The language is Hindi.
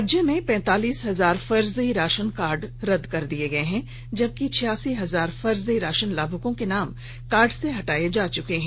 राज्य में पैंतालीस हजार फर्जी राशन कार्ड रद्द कर दिए गए हैं जबकि छियासी हजार फर्जी राशन लाभुकों के नाम कार्ड से हटाए जा चुके हैं